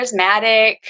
charismatic